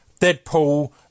Deadpool